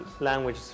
language